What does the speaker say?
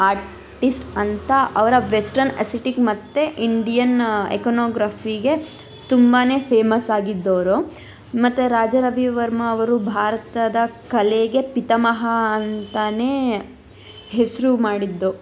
artist ಅಂತ ಅವರ western Asiatic ಮತ್ತು ಇಂಡಿಯನ್ ಎಕಾನೊಗ್ರಫಿಗೆ ತುಂಬಾ ಫೇಮಸ್ ಆಗಿದ್ದೋರು ಮತ್ತು ರಾಜಾ ರವಿವರ್ಮ ಅವರು ಭಾರತದ ಕಲೆಗೆ ಪಿತಾಮಹ ಅಂತಲೇ ಹೆಸರು ಮಾಡಿದ್ದು